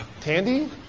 Tandy